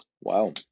Wow